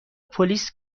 پلیس